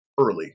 early